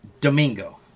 Domingo